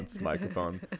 microphone